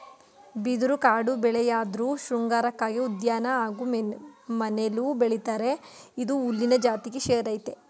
ಬಿದಿರು ಕಾಡುಬೆಳೆಯಾಧ್ರು ಶೃಂಗಾರಕ್ಕಾಗಿ ಉದ್ಯಾನ ಹಾಗೂ ಮನೆಲೂ ಬೆಳಿತರೆ ಇದು ಹುಲ್ಲಿನ ಜಾತಿಗೆ ಸೇರಯ್ತೆ